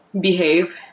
behave